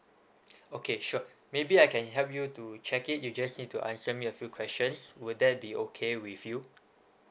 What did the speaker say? okay sure maybe I can help you to check it you just need to answer me a few questions would that be okay with you